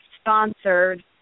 sponsored